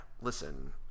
listen